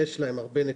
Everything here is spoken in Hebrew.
יש להם הרבה נתונים.